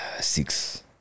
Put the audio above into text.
six